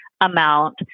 amount